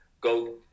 Go